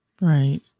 Right